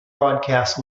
broadcast